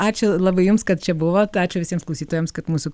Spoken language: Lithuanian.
ačiū labai jums kad čia buvot ačiū visiems klausytojams kad mūsų